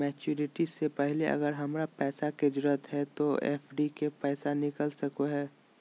Maturity से पहले अगर हमरा पैसा के जरूरत है तो एफडी के पैसा निकल सको है?